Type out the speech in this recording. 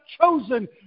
chosen